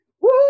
Woo